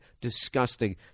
disgusting